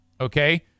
Okay